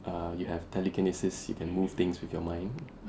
uh you have telekinesis you can move things with your mind